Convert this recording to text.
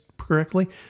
correctly